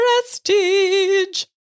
Prestige